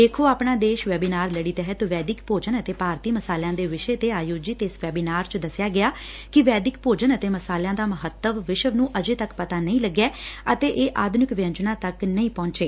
ਦੇਖੋ ਆਪਣਾ ਦੇਸ਼ ਵੈਬੀਨਾਰ ਲੜੀ ਤਹਿਤ ਵੈਦਿਕ ਭੋਜਨ ਅਤੇ ਭਾਰਤੀ ਮਸਾਲਿਆਂ ਦੇ ਵਿਸ਼ੇ ਤੇ ਆਯੋਜਿਤ ਇਸ ਵੈਬੀਨਾਰ ਚ ਦਸਿਆ ਗਿਆ ਕਿ ਵੈਦਿਕ ਭੋਜਨ ਅਤੇ ਮਸਾਲਿਆਂ ਦਾ ਮਹੱਤਵ ਵਿਸ਼ਵ ਨੂੰ ਅਜੇ ਤੱਕ ਪਤਾ ਨਹੀ ਲਗਿਐ ਅਤੇ ਇਹ ਆਧੁਨਿਕ ਵਿਅੰਜਨਾਂ ਤੱਕ ਨਹੀਂ ਪਹੰਚੇ